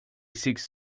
seeks